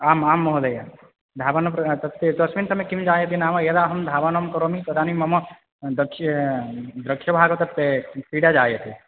आम् आम् महोदय धावन प्र तस्य तस्मिन् समये किं जायते नाम यदा अहं धावनं करोमि तदानीं मम द्रक्ष्य द्रक्ष्यभागतः पीडा जायते